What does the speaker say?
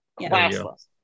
Classless